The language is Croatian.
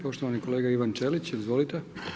Poštovani kolega Ivan Ćelić, izvolite.